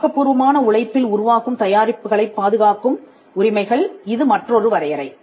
ஆக்கப் பூர்வமான உழைப்பில் உருவாகும் தயாரிப்புகளைப் பாதுகாக்கும் உரிமைகள் இது மற்றொரு வரையறை